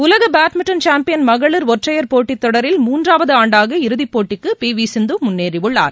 உலக badminton champion மகளிர் ஒற்றையர் போட்டித்தொடரில் மூன்றாவது ஆண்டாக இறுதிப்போட்டிக்கு பி வி சிந்து முன்னேறியுள்ளார்